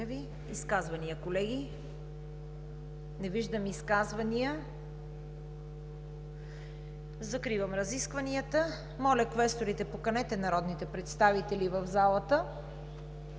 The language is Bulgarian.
Изказвания, колеги? Не виждам. Закривам разискванията. Моля, квесторите, поканете народните представители в залата.